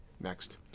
Next